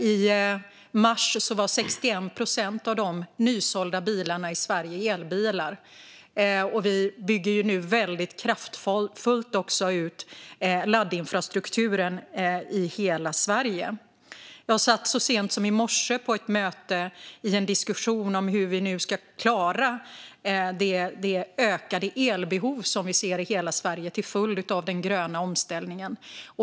I mars var 61 procent av de nya bilar som såldes i Sverige elbilar. Och vi bygger nu väldigt kraftfullt ut laddinfrastrukturen i hela Sverige. Jag satt så sent som i morse i en diskussion på ett möte om hur vi nu ska klara det ökade elbehov som vi ser i hela Sverige till följd av den gröna omställningen.